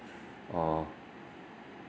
uh